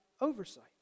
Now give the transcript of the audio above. oversight